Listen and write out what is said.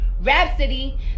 rhapsody